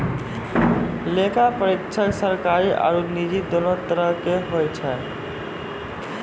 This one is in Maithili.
लेखा परीक्षक सरकारी आरु निजी दोनो तरहो के होय छै